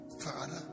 father